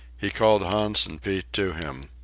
he called hans and pete to him.